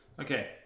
okay